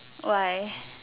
why